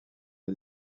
les